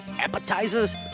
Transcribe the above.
appetizers